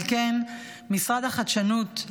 על כן משרד החדשנות,